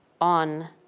on